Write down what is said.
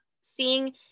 seeing